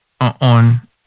on